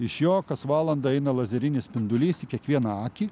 iš jo kas valandą eina lazerinis spindulys į kiekvieną akį